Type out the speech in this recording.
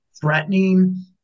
threatening